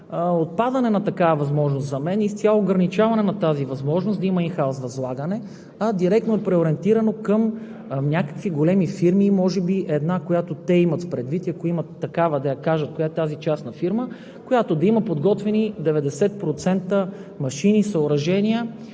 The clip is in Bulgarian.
отпадане на такава възможност за мен, изцяло ограничаване на тази възможност да има инхаус възлагане, а директно преориентирано към някакви големи фирми може би. Една, която те имат предвид, ако имат такава, да я кажат – коя е тази частна фирма, която да има подготвени 90% машини, съоръжения